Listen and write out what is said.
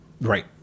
right